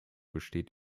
besteht